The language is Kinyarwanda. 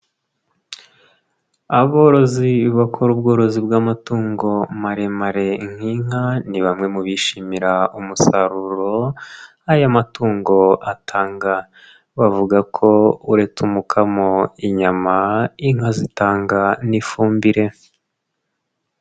Aborozi bakora ubworozi bw'amatungo maremare nk'inka, ni bamwe mu bishimira umusaruro aya matungo atanga, bavuga ko uretse umukamo, inyama, inka zitanga n'ifumbire.